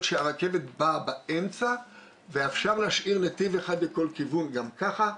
שהרכבת באה באמצע ואפשר להשאיר נתיב אחד לכל כיוון גם כך'.